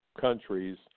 countries